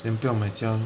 then 不用买家 lor